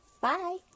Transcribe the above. Bye